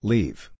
Leave